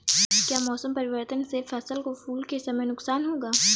क्या मौसम परिवर्तन से फसल को फूल के समय नुकसान होगा?